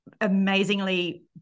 amazingly